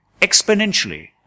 exponentially